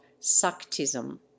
Saktism